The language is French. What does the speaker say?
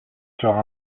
sera